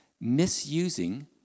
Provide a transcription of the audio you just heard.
misusing